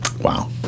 Wow